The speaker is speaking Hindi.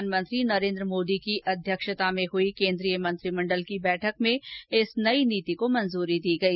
प्रधानमंत्री नरेन्द्र मोदी की अध्यक्षता में हुई केन्द्रीय मंत्रिमंडल की बैठक में इस नई नीति को मंजूरी दी गई